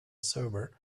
server